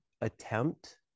attempt